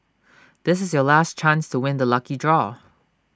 this is your last chance to win the lucky draw